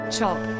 Chop